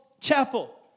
Chapel